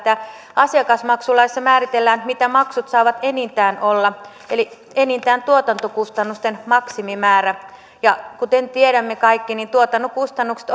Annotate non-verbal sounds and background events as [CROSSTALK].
asiakasmaksulaissa määritellään mitä maksut saavat enintään olla eli enintään tuotantokustannusten maksimimäärä kuten tiedämme kaikki niin tuotantokustannukset [UNINTELLIGIBLE]